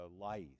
lice